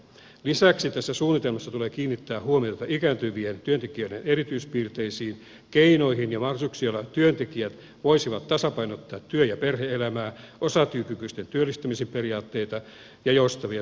lisäksi tässä suunnitelmassa tulee kiinnittää huomiota ikääntyvien työntekijöiden erityispiirteisiin keinoihin ja mahdollisuuksiin joilla työntekijät voisivat tasapainottaa työ ja perhe elämää osatyökykyisten työllistymisen periaatteita ja joustavia työaikajärjestelyjä